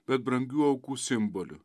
bet brangių aukų simboliu